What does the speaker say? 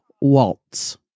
Waltz